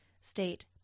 state